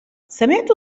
سمعت